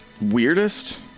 Weirdest